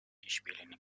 işbirliğinin